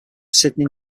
sydney